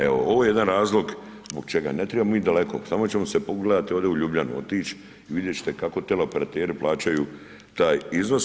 Evo ovo je jedan razlog zbog čega ne trebamo mi daleko, samo ćemo se pogledati ovdje u Ljubljanu otići i vidjeti ćete kako teleoperateri plaćaju taj iznos.